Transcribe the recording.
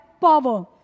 power